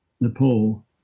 Nepal